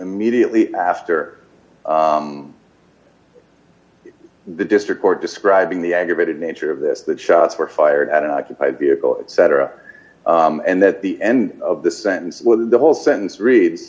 immediately after the district court describing the aggravated nature of this that shots were fired at an occupied vehicle etc and that the end of the sentence when the whole sentence read